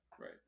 Right